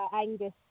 Angus